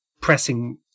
pressing